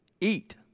eat